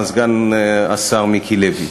סגן השר מיקי לוי,